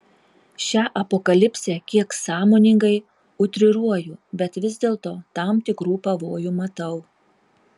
šią apokalipsę kiek sąmoningai utriruoju bet vis dėlto tam tikrų pavojų matau